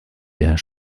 der